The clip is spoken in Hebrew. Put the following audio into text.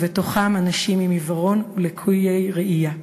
ובתוכם אנשים עיוורים ולקויי ראייה.